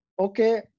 Okay